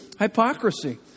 hypocrisy